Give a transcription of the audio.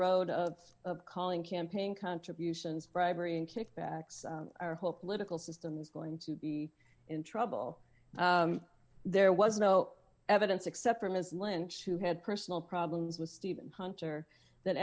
road of calling campaign contributions bribery and kickbacks our whole political system is going to be in trouble there was no evidence except for ms len chu had personal problems with stephen hunter than